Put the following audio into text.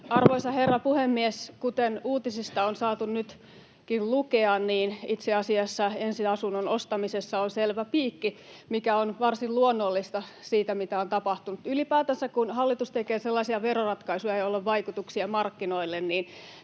Arvoisa herra puhemies! Kuten uutisista on saatu nytkin lukea, niin itse asiassa ensiasunnon ostamisessa on selvä piikki, mikä on varsin luonnollista siinä, mitä on tapahtunut. Ylipäätänsä, kun hallitus tekee sellaisia veroratkaisuja, joilla on vaikutuksia markkinoille, se,